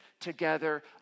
together